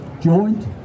joint